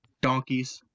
donkeys